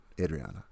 adriana